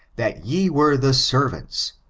that ye were the servants,